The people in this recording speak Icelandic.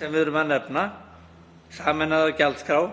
sem við erum að nefna, sameinaðar gjaldskrár,